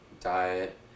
diet